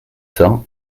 cents